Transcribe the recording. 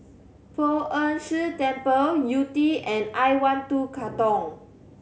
Poh Ern Shih Temple Yew Tee and I One Two Katong